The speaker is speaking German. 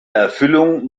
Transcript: erfüllung